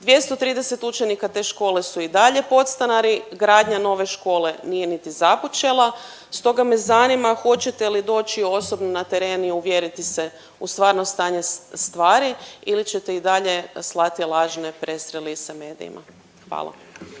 230 učenika te škole su i dalje podstanari, gradnja nove škole nije niti započela, stoga me zanima hoćete li doći osobno na teren i uvjeriti se u stvarno stanje stvari ili ćete i dalje slati lažne …/Govornik se ne